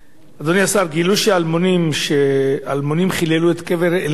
אדוני השר, גילו שאלמונים חיללו את קבר אלעזר